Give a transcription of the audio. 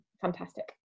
fantastic